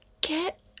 Get